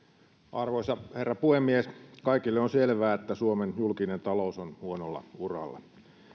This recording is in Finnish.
arvoisa herra puhemies kaikille on selvää että suomen julkinen talous on huonolla uralla